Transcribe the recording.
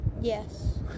Yes